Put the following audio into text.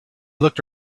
looked